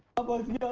above you know